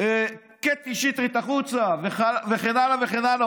קטי שטרית החוצה וכן הלאה וכן הלאה,